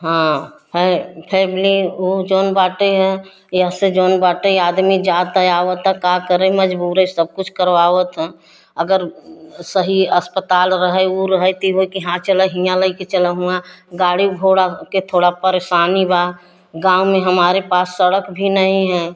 हाँ फै फैमिली ऊ जौन बाटे है यह से जौन बाटे आदमी जाता या आवता का करै मजबूरै सब कुछ करवावत हँ अगर सही अस्पताल रहै ऊ रहै त ई होइ कि हाँ चलऽ हियाँ लई के चलऽ हूँआ गाड़ी घोड़ा के थोड़ा परेशानी बा गाँव में हमारे पास सड़क भी नहीं हैं